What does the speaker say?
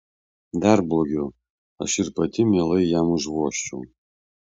dar blogiau aš ir pati mielai jam užvožčiau